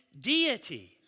deity